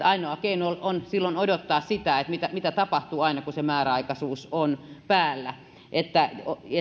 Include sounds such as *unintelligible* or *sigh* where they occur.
*unintelligible* ainoa keino on silloin odottaa sitä mitä mitä tapahtuu aina kun se määräaikaisuus on päällä